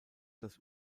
das